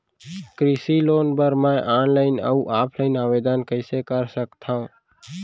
कृषि लोन बर मैं ऑनलाइन अऊ ऑफलाइन आवेदन कइसे कर सकथव?